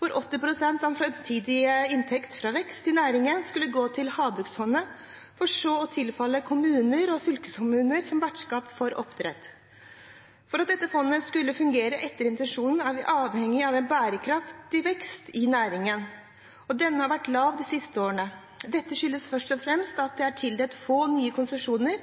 og at 80 pst. av framtidige inntekter fra vekst i næringen skulle gå til havbruksfondet for så å tilfalle kommuner og fylkeskommuner som vertskap for oppdrett. For at dette fondet skal fungere etter intensjonen, er vi avhengig av en bærekraftig vekst i næringen, og denne har vært lav de siste årene. Dette skyldes først og fremst at det er tildelt få nye konsesjoner